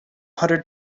hundred